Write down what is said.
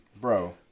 Bro